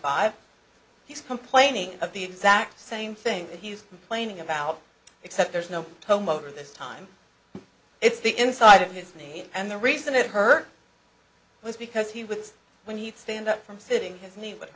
five he's complaining of the exact same thing he's complaining about except there's no tomo this time it's the inside of his name and the reason it her was because he was when he'd stand up from sitting his knee